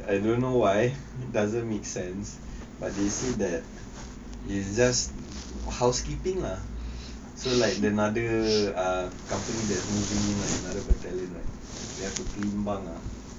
I don't know why doesn't make sense but they say that it's just housekeeping lah so like the another company that moving another battalion right they have to clean imbang ah